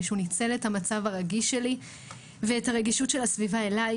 מישהו ניצל את המצב הרגיש שלי ואת הרגישות של הסביבה אלי,